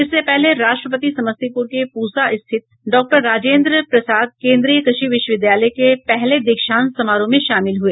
इससे पहले राष्ट्रपति समस्तीपुर के पूसा स्थित डॉक्टर राजेन्द्र प्रसाद केन्द्रीय कृषि विश्वविद्यालय के पहले दीक्षांत समारोह में शामिल हुए